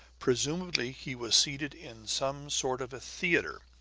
presumably he was seated in some sort of a theater.